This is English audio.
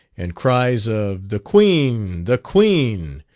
and cries of the queen, the queen,